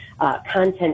content